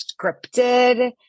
scripted